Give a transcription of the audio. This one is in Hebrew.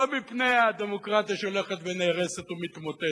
לא מפני הדמוקרטיה שהולכת ונהרסת ומתמוטטת,